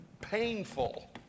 painful